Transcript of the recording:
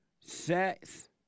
sex